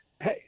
Hey